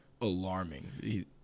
alarming